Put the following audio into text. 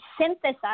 synthesize